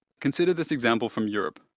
consider this example from europe.